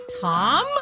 Tom